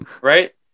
Right